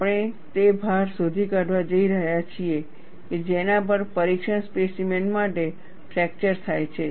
આપણે તે ભાર શોધી કાઢવા જઈ રહ્યા છીએ કે જેના પર પરીક્ષણ સ્પેસીમેન માટે ફ્રેક્ચર થાય છે